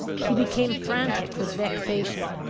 he became frantic with vexation.